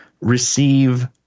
receive